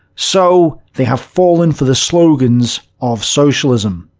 so they have fallen for the slogans of socialism.